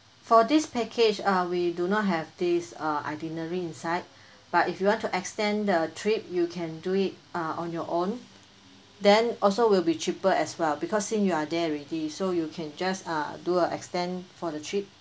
for this package uh we do not have this uh itinerary inside but if you want to extend the trip you can do it uh on your own then also will be cheaper as well because since you are there already so you can just uh do a extend for the trip